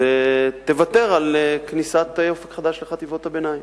תוותר על כניסת "אופק חדש" לחטיבות הביניים.